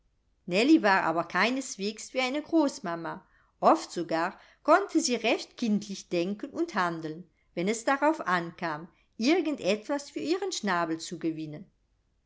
war aber keineswegs wie eine großmama oft sogar konnte sie recht kindlich denken und handeln wenn es darauf ankam irgend etwas für ihren schnabel zu gewinnen